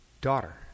daughter